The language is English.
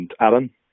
Alan